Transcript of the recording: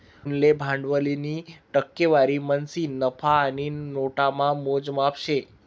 उनले भांडवलनी टक्केवारी म्हणीसन नफा आणि नोटामा मोजमाप शे